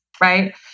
right